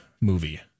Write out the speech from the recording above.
movie